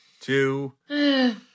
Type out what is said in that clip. two